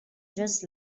just